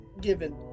Given